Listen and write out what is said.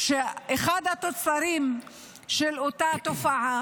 אני מכירה גם את הטענות של משרד החינוך,